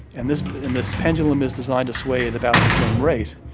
and this and this pendulum is designed to sway at about the same rate,